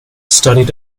studied